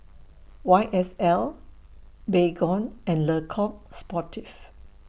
Y S L Baygon and Le Coq Sportif